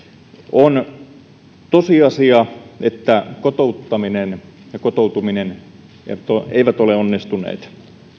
on tosiasia että kotouttaminen ja kotoutuminen eivät ole onnistuneet